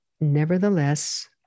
nevertheless